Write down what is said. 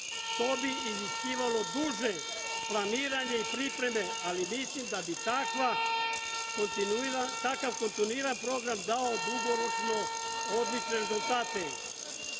To bi iziskivalo duže planiranje i pripreme, ali mislim da bi takav kontinuiran program dao dugoročno odlične rezultate